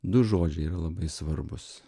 du žodžiai yra labai svarbūs